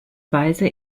weise